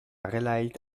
raleigh